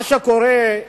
מה שקורה,